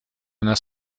einer